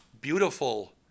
beautiful